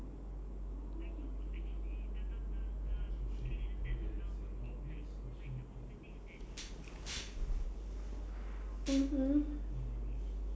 mmhmm